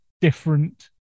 different